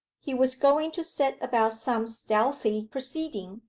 he was going to set about some stealthy proceeding,